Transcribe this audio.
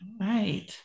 right